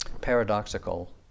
paradoxical